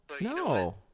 No